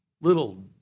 little